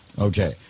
Okay